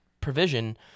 provision